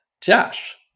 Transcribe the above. Josh